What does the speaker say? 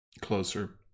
closer